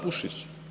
Puši se.